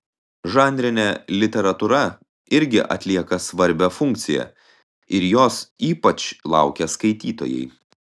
žanrinė literatūra irgi atlieka svarbią funkciją ir jos ypač laukia skaitytojai